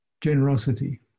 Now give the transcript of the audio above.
Generosity